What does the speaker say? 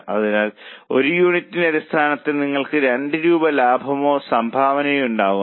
അതിനാൽ ഒരു യൂണിറ്റ് അടിസ്ഥാനത്തിൽ നിങ്ങൾ 2 രൂപ ലാഭമോ സംഭാവനയോ ഉണ്ടാക്കുന്നു